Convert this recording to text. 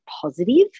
positive